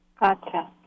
Gotcha